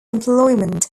employment